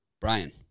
Brian